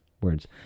words